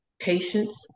Patience